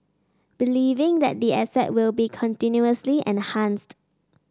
believing that the asset will be continuously enhanced